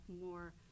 more